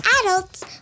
adults